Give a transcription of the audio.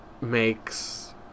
makes